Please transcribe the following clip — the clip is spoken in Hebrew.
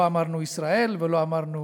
לא אמרנו "ישראל" ולא אמרנו